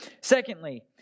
Secondly